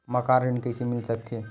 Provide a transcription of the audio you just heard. मकान ऋण कइसे मिल सकथे?